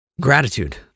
gratitude